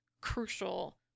crucial